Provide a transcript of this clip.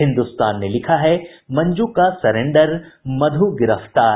हिन्दुस्तान ने लिखा है मंजू का सरेंडर मधू गिरफ्तार